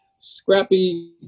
scrappy